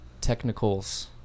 technicals